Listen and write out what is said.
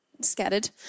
scattered